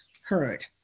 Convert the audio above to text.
heard